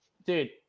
Dude